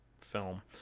film